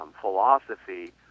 philosophy